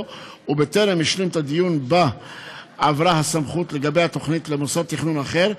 ובטרם השלים את הדיון בה עברה הסמכות לגבי התוכנית למוסד תכנון אחר,